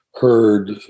heard